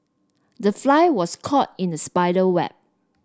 the fly was caught in the spider web